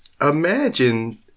imagine